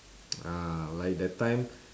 ah like that time